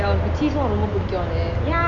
ya the cheese ரொம்ப பிடிக்கும்:romba pidikum